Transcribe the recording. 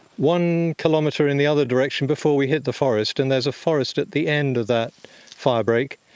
one kilometre in the other direction before we hit the forest, and there's a forest at the end of that firebreak.